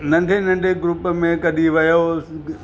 नंढे नंढे ग्रुप में कॾहिं वियो हुउसि